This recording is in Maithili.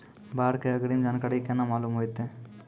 बाढ़ के अग्रिम जानकारी केना मालूम होइतै?